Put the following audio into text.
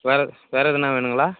வேறு வேறு எதுன்னா வேணுங்களா